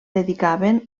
dedicaven